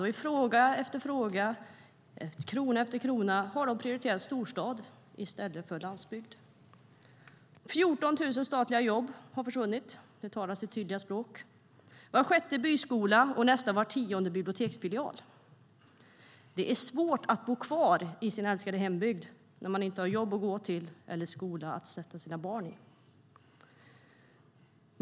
Och i fråga efter fråga, krona för krona, har de prioriterat storstad i stället för landsbygd.14 000 statliga jobb har försvunnit - det talar sitt tydliga språk. Det handlar om var sjätte byskola och nästan var tionde biblioteksfilial. Det är svårt att bo kvar i sin älskade hembygd när man inte har ett jobb att gå till eller en skola att sätta sina barn i.